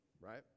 right